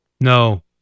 No